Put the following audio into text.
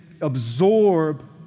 absorb